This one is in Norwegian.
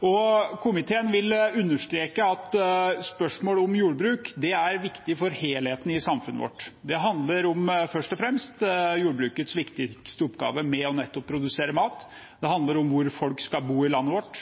mat. Komiteen vil understreke at spørsmål om jordbruk er viktig for helheten i samfunnet vårt. Det handler først og fremst om jordbrukets viktigste oppgave med nettopp å produsere mat. Det handler om hvor folk skal bo i landet vårt,